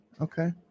Okay